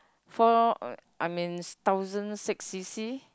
four uh I mean thousand six C_C